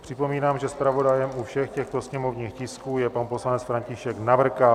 Připomínám, že zpravodajem u všech těchto sněmovních tisků je pan poslanec František Navrkal.